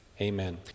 Amen